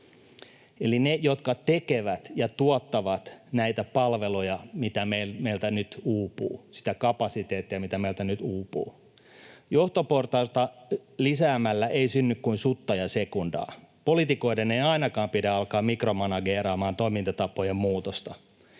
eli ne, jotka tekevät ja tuottavat näitä palveluja, mitä meiltä nyt uupuu, sitä kapasiteettia, mitä meiltä nyt uupuu. Johtoportaita lisäämällä ei synny kuin sutta ja sekundaa. Poliitikoiden ei ainakaan pidä alkaa mikromanageeraamaan toimintatapojen muutosta.